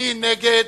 מי נגד?